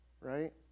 Right